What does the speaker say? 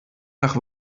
nach